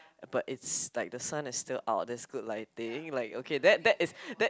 but it's like the sun is still out that's good lighting like okay that that is that is